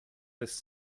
this